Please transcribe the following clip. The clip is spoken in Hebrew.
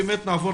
נעבור